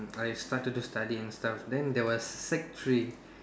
I started to study and stuff then there was sec three